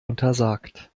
untersagt